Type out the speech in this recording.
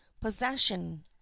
possession